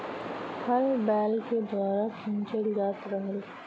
हल बैल के द्वारा खिंचल जात रहल